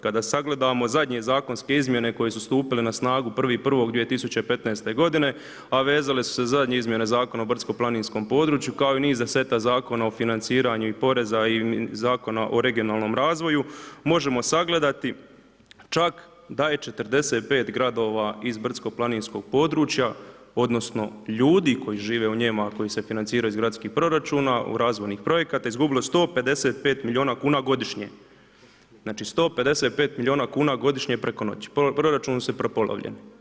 Kada sagledamo zadnje zakonske izmjene koje su stupile na snagu 1.1.2015. godine, a vezale su se za zadnje izmjene zakona o brdsko planinskom području, kao i niza seta zakona o financiranju i poreza i zakona o regionalnom razvoju, možemo sagledati čak da je 45 gradova iz brdsko planinskog područja, odnosno ljudi koji žive u njemu, ako ih se financira iz gradskih proračuna, razvojnih projekata, izgubilo 155 milijuna kuna godišnje, znači 155 mil. Kuna godišnje preko noći, proračun se prepolovljen.